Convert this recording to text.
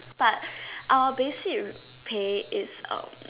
but our basic pay is um